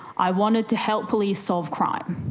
i wanted to help police solve crime.